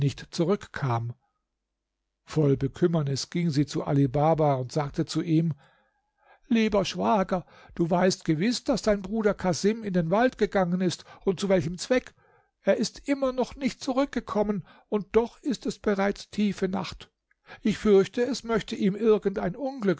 zurückkam voll bekümmernis ging sie zu ali baba und sagte zu ihm lieber schwager du weißt gewiß daß dein bruder casim in den wald gegangen ist und zu welchem zweck er ist immer noch nicht zurückgekommen und doch ist es bereits tiefe nacht ich fürchte es möchte ihm irgend ein unglück